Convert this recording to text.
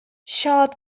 شاد